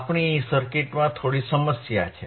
આપણી સર્કિટમાં થોડી સમસ્યા છે